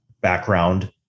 background